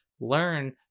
Learn